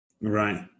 Right